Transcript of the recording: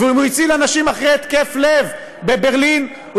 ואם הוא הציל אנשים אחרי התקף לב בברלין הוא